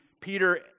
Peter